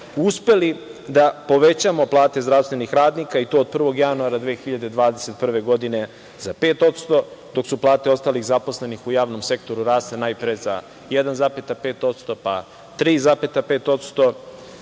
uspeli da povećamo plate zdravstvenih radnika, i to od 1. januara 2021. godine za 5%, dok su plate ostalih zaposlenih u javnom sektoru rasle najpre za 1,5%, pa 3,5%